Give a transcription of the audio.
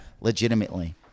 legitimately